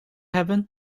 hebben